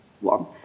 one